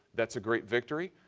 that's a great victory.